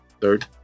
Third